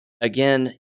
Again